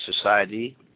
Society